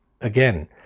again